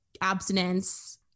abstinence